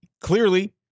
clearly